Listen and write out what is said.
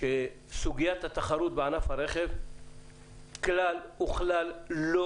שסוגיית התחרות בענף הרכב כלל וכלל לא